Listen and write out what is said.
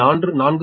413 p